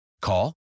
Call